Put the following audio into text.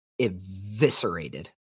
eviscerated